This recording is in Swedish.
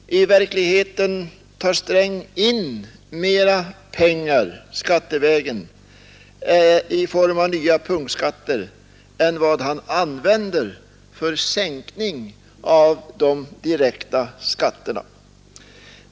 I verkligheten tar finansminister Sträng in mera pengar skattevägen i form av nya punktskatter än vad han använder för sänkning av de direkta skatterna.